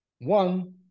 One